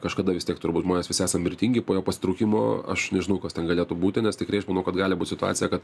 kažkada vis tiek turbūt žmonės visi esam mirtingi po jo pasitraukimo aš nežinau kas ten galėtų būti nes tikrai aš manau kad gali būt situacija kad